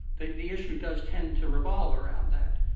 the the issue does tend to revolve around that.